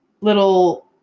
little